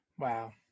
Wow